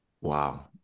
Wow